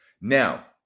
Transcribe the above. Now